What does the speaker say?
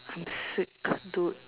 I'm sick dude